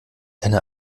einer